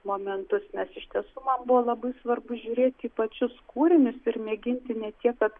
momentus nes iš tiesų man buvo labai svarbu žiūrėti į pačius kūrinius ir mėginti ne tiek kad